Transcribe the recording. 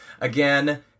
Again